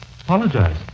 Apologize